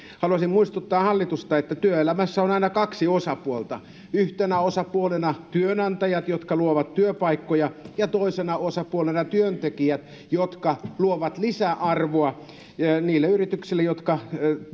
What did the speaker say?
haluaisin muistuttaa hallitusta että työelämässä on aina kaksi osapuolta yhtenä osapuolena työnantajat jotka luovat työpaikkoja ja toisena osapuolena työntekijät jotka luovat lisäarvoa niille yrityksille jotka